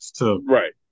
Right